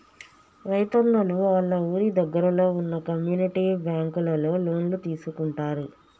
రైతున్నలు ఆళ్ళ ఊరి దగ్గరలో వున్న కమ్యూనిటీ బ్యాంకులలో లోన్లు తీసుకుంటారు